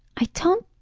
i don't